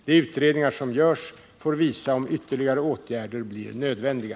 De utredningar som görs får visa om ytterligare åtgärder blir nödvändiga.